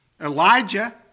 Elijah